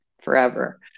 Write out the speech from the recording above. forever